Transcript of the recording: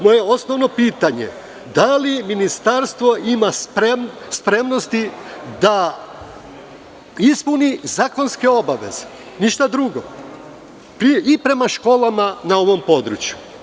Moje osnovno pitanje je – da li ministarstvo ima spremnosti da ispuni zakonske obaveze, ništa drugo, i prema školama na ovom području?